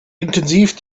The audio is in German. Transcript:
intensiv